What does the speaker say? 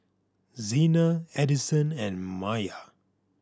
Xena Edison and Maiya